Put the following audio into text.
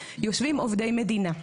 יושבים עובדי מדינה.